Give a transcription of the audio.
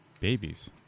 babies